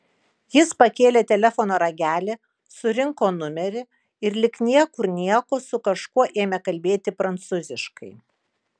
jis pakėlė telefono ragelį surinko numerį ir lyg niekur nieko su kažkuo ėmė kalbėti prancūziškai